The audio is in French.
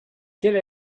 quelle